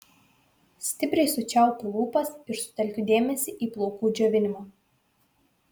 stipriai sučiaupiu lūpas ir sutelkiu dėmesį į plaukų džiovinimą